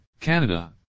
Canada